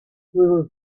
will